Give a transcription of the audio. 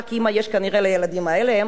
כנראה שלילדים האלה יש רק אמא,